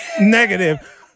Negative